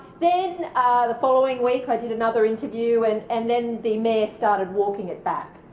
then the following week i did another interview and and then the mayor started walking it back.